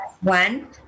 One